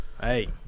Hey